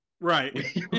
Right